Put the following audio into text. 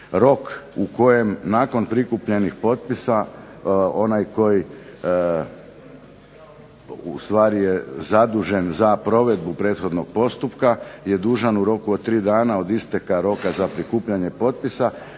rok u kojem nakon prikupljenih potpisa onaj koji ustvari je zadužen za provedbu prethodnog postupka je dužan u roku od 3 dana od isteka roka za prikupljanje potpisa